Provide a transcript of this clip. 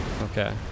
Okay